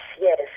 yes